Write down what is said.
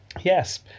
Yes